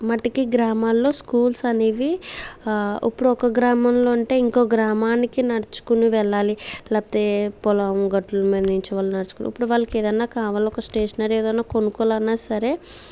మటికి గ్రామాల్లో స్కూల్స్ అనేవి ఇప్పుడు ఒక గ్రామంలో ఉంటే ఇంకో గ్రామానికి నడుచుకుని వెళ్ళాలి లేకపోతే పొలం గట్ల మీద నుంచి మనం నడుచుకుంటూ ఇప్పుడు వాళ్ళకి ఏదైనా కావాలన్నా స్టేషనరీ ఏదైనా కొనుక్కోవాలన్నా సరే